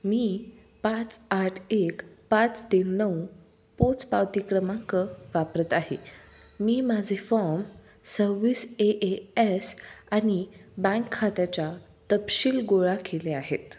मी पाच आठ एक पाच तीन नऊ पोचपावती क्रमांक वापरत आहे मी माझे फॉम सव्वीस ए ए एस आणि बँक खात्याच्या तपशील गोळा केले आहेत